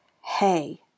hey